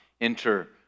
enter